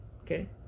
okay